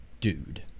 dude